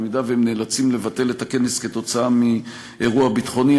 אם הם נאלצים לבטל את הכנס כתוצאה מאירוע ביטחוני.